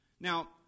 Now